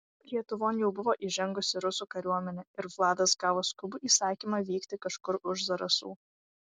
lietuvon jau buvo įžengusi rusų kariuomenė ir vladas gavo skubų įsakymą vykti kažkur už zarasų